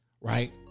right